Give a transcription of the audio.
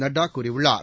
நட்டா கூறியுள்ளார்